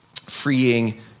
freeing